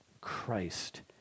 Christ